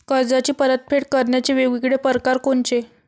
कर्जाची परतफेड करण्याचे वेगवेगळ परकार कोनचे?